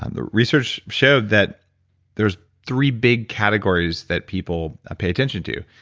and the research showed that there's three big categories that people pay attention to.